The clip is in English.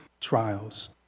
trials